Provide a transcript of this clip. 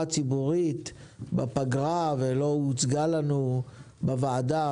ציבורית בפגרה ולא הוצגה לנו בוועדה,